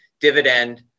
dividend